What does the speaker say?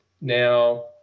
Now